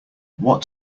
what